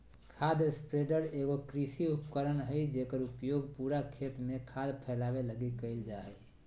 खाद स्प्रेडर एगो कृषि उपकरण हइ जेकर उपयोग पूरा खेत में खाद फैलावे लगी कईल जा हइ